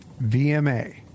VMA